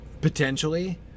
potentially